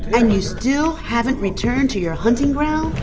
and you still haven't returned to your hunting ground?